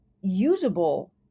usable